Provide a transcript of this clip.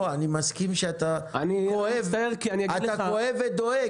אני מסכים שאתה כואב ודואג.